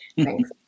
Thanks